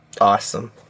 awesome